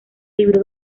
libró